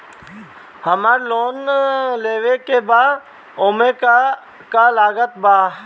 हमरा लोन लेवे के बा ओमे का का लागत बा?